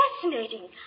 fascinating